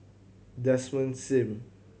Desmond Sim